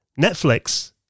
Netflix